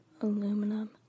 Aluminum